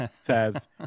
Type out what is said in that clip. says